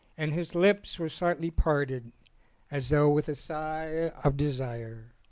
and his lips were slightly parted as though with a sigh of desire.